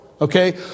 Okay